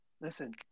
Listen